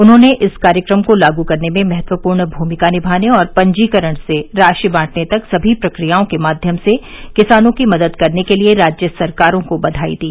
उन्होंने इस कार्यक्रम को लागू करने में महत्वपूर्ण भूमिका निभाने और पंजीकरण से राशि बांटने तक सभी प्रक्रियाओं के माध्यम से किसानों की मदद करने के लिए राज्य सरकारों को बधाई दी